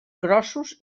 grossos